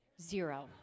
Zero